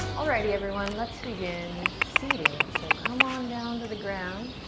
alrighty, everyone, let's begin seated. so come on down to the ground.